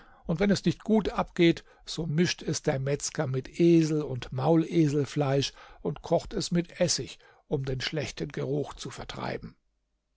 und wenn es nicht gut abgeht so mischt es der metzger mit esel und mauleselfleisch und kocht es mit essig um den schlechten geruch zu vertreiben